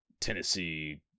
Tennessee